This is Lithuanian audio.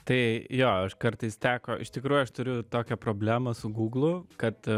tai jo aš kartais teko iš tikrųjų aš turiu tokią problemą su gūglu kad